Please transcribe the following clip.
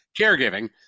caregiving